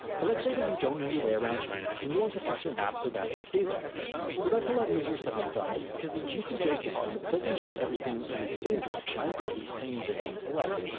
but let's say that you don't know your way around china and you want to fix your map so that it is accurate. well that's a lot easier said than done because the gcj system doesn't shift everything in the same direction or the same distance away.